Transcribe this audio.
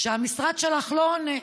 שהמשרד שלך לא עונה,